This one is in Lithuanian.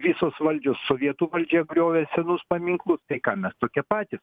visos valdžios sovietų valdžia griovė senus paminklus tai ką mes tokie patys